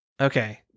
Okay